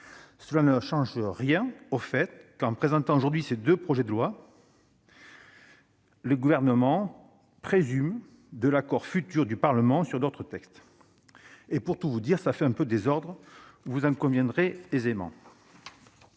cela ne change rien au fait que, en présentant aujourd'hui ces deux projets de loi, le Gouvernement présume de l'accord futur du Parlement sur d'autres textes. Pour tout dire- vous en conviendrez aisément